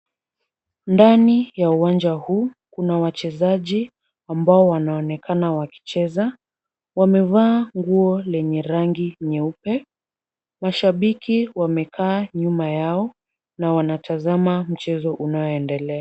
Ndani ya uwanja huu kuna wachezaji ambao wanaonekana wakicheza. Wamevaa nguo lenye rangi nyeupe. Mashabiki wamekaa nyuma yao na wanatazama mchezo unaoendelea.